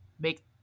make